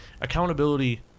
Accountability